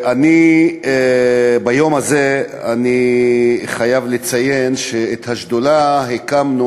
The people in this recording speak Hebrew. ביום הזה אני חייב לציין שאת השדולה הקמנו